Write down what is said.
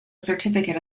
certificate